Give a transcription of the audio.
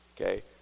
okay